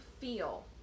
feel